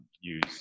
use